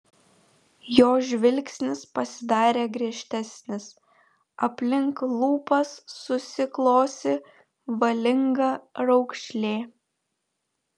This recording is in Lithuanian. jo žvilgsnis pasidarė griežtesnis aplink lūpas susiklosi valinga raukšlė